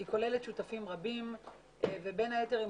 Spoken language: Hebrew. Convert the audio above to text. היא כוללת שותפים רבים ובין היתר היא